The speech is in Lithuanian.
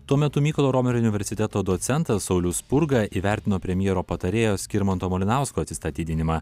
tuo metu mykolo romerio universiteto docentas saulius spurga įvertino premjero patarėjo skirmanto malinausko atsistatydinimą